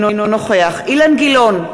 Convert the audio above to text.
אינו נוכח אילן גילאון,